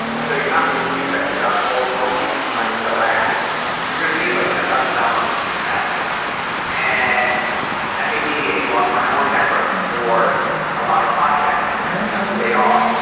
so you're not taking a second job cold calling trying to sell ads you're going to need like ten thousand downloads an episode and that may be a long time or never for a lot of podcasts depending on who they are.